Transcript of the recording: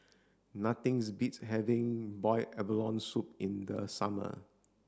nothings beats having boiled abalone soup in the summer